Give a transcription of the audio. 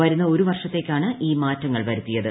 വരുന്ന ഒരു വർഷത്തേക്കാണ് ഈ മാറ്റങ്ങൾ വരുത്തിയത്